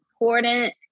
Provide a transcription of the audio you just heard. important